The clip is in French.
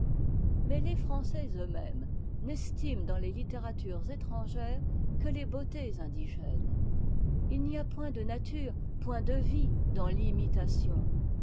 mais les français eux-mêmes n'estiment dans les littératures étrangères que les beautés indigènes il n'y a point de nature point de vie dans l'imitation